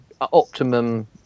optimum